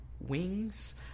wings